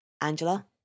Angela